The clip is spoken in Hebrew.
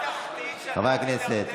חברי הכנסת,